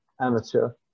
amateur